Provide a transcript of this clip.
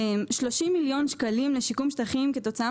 30 מיליון שקלים לשיקום שטחים כתוצאה